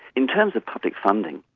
in terms of public funding,